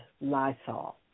Lysol